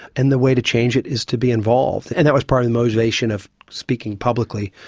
and the way to change it is to be involved. and that was part of the motivation of speaking publicly,